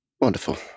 Wonderful